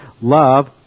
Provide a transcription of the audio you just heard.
love